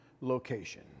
location